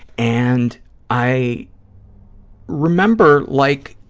and i remember like,